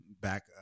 back